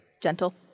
Gentle